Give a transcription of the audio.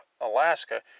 Alaska